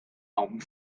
hawn